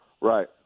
Right